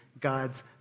God's